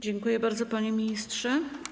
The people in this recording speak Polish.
Dziękuję bardzo, panie ministrze.